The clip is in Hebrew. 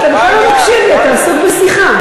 אתה בכלל לא מקשיב לי, אתה עסוק בשיחה.